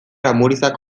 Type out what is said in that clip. amurizak